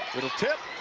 little tip